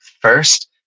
first